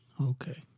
Okay